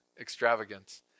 extravagance